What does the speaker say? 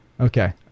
Okay